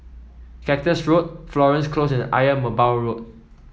Cactus Road Florence Close and Ayer Merbau Road